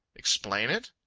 explain it?